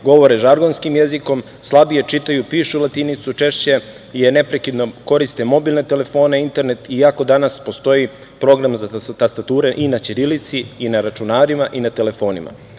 govor žargonskim jezikom, slabije čitaju i pišu latinicu češće jer neprekidno koriste mobilne telefone, internet i ako danas postoji program za tastature i na ćirilici i na računarima i na telefonima.I